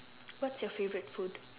what's your favorite food